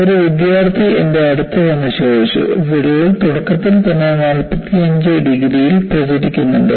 ഒരു വിദ്യാർത്ഥി എന്റെ അടുത്ത് വന്ന് ചോദിച്ചു വിള്ളൽ തുടക്കത്തിൽ തന്നെ 45 ഡിഗ്രിയിൽ പ്രചരിക്കുന്നുണ്ടോ